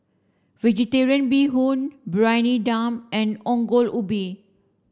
vegetarian Bee Hoon Briyani Dum and Ongol Ubi